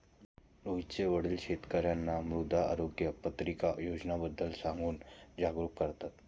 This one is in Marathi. रोहितचे वडील शेतकर्यांना मृदा आरोग्य पत्रिका योजनेबद्दल सांगून जागरूक करतात